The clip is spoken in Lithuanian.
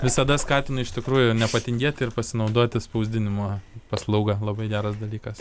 visada skatinu iš tikrųjų nepatingėti ir pasinaudoti spausdinimo paslauga labai geras dalykas